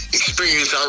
experience